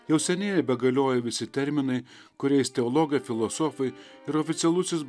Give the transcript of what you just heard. jau seni galioja visi terminai kuriais teologai filosofai ir oficialusis